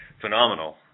phenomenal